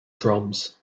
drums